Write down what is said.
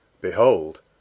Behold